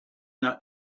not